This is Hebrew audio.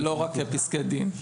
ולא רק פסקי הדין.